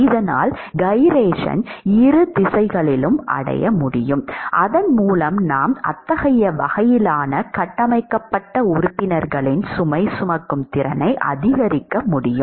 இதனால் கைரேஷனை இரு திசைகளிலும் அடைய முடியும் அதன் மூலம் நாம் அத்தகைய வகையிலான கட்டமைக்கப்பட்ட உறுப்பினர்களின் சுமை சுமக்கும் திறனை அதிகரிக்க முடியும்